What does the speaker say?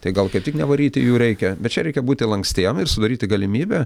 tai gal kaip tik nevaryti jų reikia bet čia reikia būti lankstiem ir sudaryti galimybę